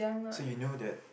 so you know that